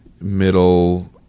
middle